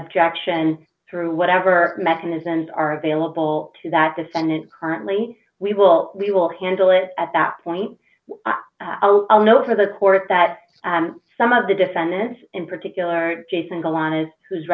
objection through whatever mechanisms are available to that defendant currently we will we will handle it at that point i'll note for the court that some of the defendants in particular jason golan is who